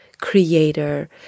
creator